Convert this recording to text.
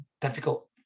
difficult